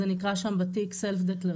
זה נקרא שם self declaration,